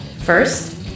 First